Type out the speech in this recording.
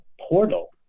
portal